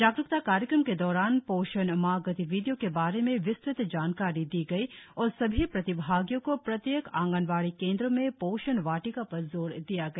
जागरुकता कार्यक्रम के दौरान पोषण माह गतिविधियों के बारे में विस्तृत जानकारी दी गई और सभी प्रतिभागियों को प्रत्येक आंगणबाड़ी केंद्रों में पोषण वाटिका पर जोर दिया गया